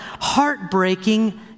heartbreaking